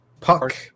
puck